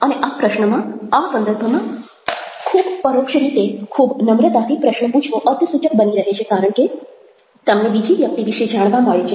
અને આ પ્રશ્નમાં આ સંદર્ભમાં ખૂબ પરોક્ષ રીતે ખૂબ નમ્રતાથી પ્રશ્ન પૂછવો અર્થસૂચક બની રહે છે કારણ કે તમને બીજી વ્યક્તિ વિશે જાણવા મળે છે